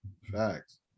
Facts